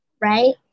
Right